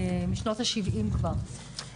משנות השבעים כבר.